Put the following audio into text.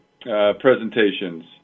presentations